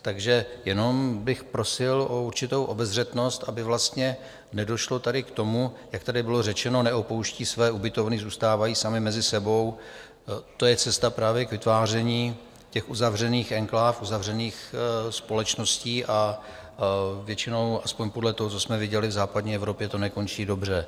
Takže jenom bych prosil o určitou obezřetnost, aby vlastně nedošlo taky k tomu, jak tady bylo řečeno neopouští své ubytovny, zůstávají sami mezi sebou to je cesta právě k vytváření těch uzavřených enkláv, uzavřených společností a většinou, aspoň podle toho, co jsme viděli v západní Evropě, to nekončí dobře.